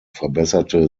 verbesserte